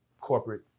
corporate